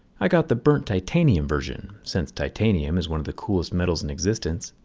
i got the burnt titanium version since titanium is one of the coolest metals in existence.